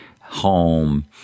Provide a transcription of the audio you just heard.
home